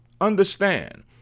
Understand